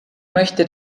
möchte